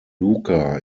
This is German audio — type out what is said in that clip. luca